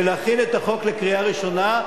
כדי להכין את החוק לקריאה ראשונה,